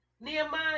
Nehemiah